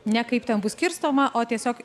ne kaip ten bus skirstoma o tiesiog